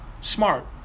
smart